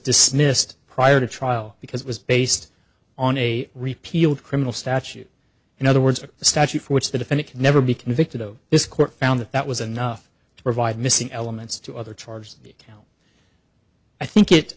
dismissed prior to trial because it was based on a repealed criminal statute in other words a statute which the defendant can never be convicted of this court found that that was enough to provide missing elements to other charges now i think it